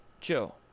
chill